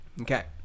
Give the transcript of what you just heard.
okay